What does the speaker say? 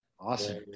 Awesome